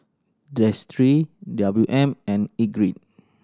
Destry W M and Ingrid